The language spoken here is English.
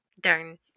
darn